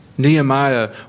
Nehemiah